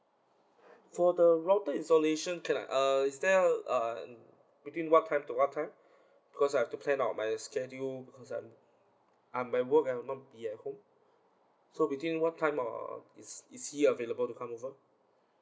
for the router installation can I err is there uh between what time to what time because I've to plan out my schedule because I'm I'm at work and might not be at home so between what time or is is he available to come over